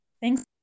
thanks